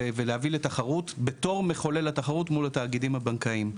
ולהביא לתחרות בתור מחולל התחרות מול התאגידים הבנקאיים.